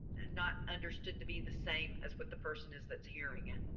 not understood to be the same as what the person is that's hearing it.